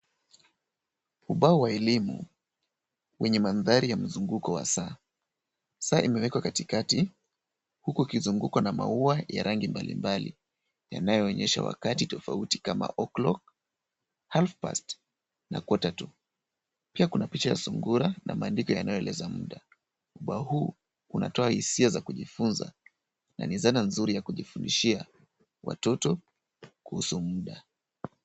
Ubao wa elimu wenye mandhari ya mzunguko wa saa. Saa imewekwa katikati huku ikizungukwa na maua ya rangi mbalimbali yanayoonyesha wakati tofauti kama O'clock, half past na quater to . Pia kuna picha ya sungura na maandiko yanayoeleza muda. Ubao huu unatoa hisia za kujifunza na ni zana nzuri ya kujifundishia watoto kuhusu muda.